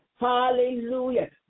Hallelujah